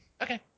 Okay